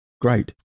Great